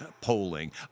polling